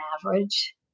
average